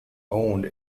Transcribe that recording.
owned